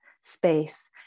space